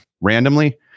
randomly